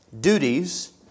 Duties